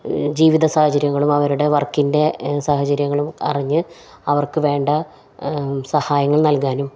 ജീവിത സാഹചര്യങ്ങളും അവരുടെ വർക്കിൻ്റെ സാഹചര്യങ്ങളും അറിഞ്ഞ് അവർക്ക് വേണ്ട സഹായങ്ങൾ നൽകാനും